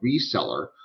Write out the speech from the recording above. reseller